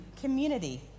community